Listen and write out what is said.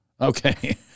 Okay